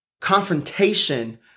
confrontation